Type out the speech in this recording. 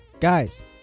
Guys